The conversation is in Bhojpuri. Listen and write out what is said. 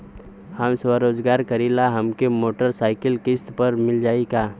हम स्वरोजगार करीला हमके मोटर साईकिल किस्त पर मिल जाई का?